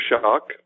shock